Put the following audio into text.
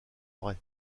vraie